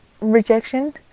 rejection